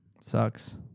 Sucks